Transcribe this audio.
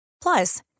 Plus